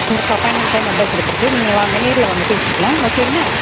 உங்களுக்கு appointment time அதான் கொடுத்துருக்கு நீங்கள் வாங்க நேரில் வாங்க பேசிக்கலாம் ஓகேங்களா